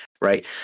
Right